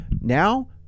now